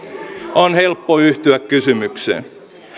on helppo yhtyä kysymykseen